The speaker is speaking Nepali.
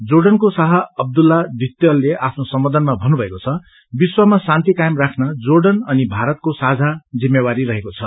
जोर्डनका शाह अब्दुल्ला दितीयले आफ्नो सम्बोधनमा भन्नुभएको छ विश्चमा शान्ति कायम राख्न जोर्डन अनि भारतको साझा जिम्मवरी रहेको छ